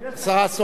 אדוני היושב-ראש,